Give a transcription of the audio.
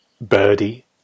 Birdie